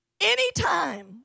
Anytime